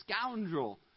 scoundrel